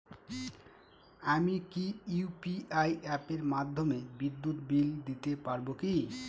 আমি কি ইউ.পি.আই অ্যাপের মাধ্যমে বিদ্যুৎ বিল দিতে পারবো কি?